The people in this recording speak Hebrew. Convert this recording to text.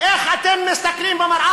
איך אתם מסתכלים במראה,